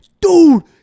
dude